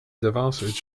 devance